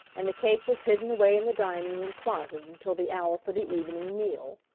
and the cake was hidden away in the dining-room closet until the hour for the evening meal.